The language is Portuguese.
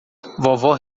vovó